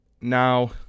now